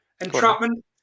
Entrapment